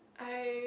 I